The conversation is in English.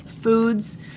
foods